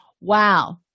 Wow